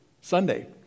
Sunday